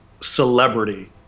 celebrity